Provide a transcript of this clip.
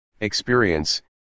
experience